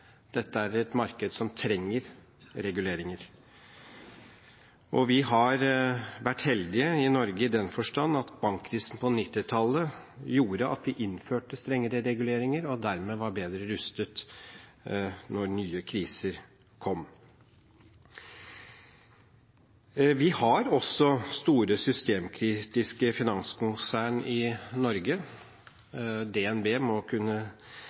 Dette er et marked som trenger reguleringer. Vi har vært heldige i Norge i den forstand at bankkrisen på 1990-tallet gjorde at vi innførte strengere reguleringer, og dermed var bedre rustet når nye kriser kom. Vi har også store systemkritiske finanskonsern i Norge. DNB må kunne